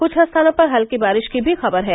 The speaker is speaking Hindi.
कुछ स्थानों पर हल्की बारिश की भी खबर है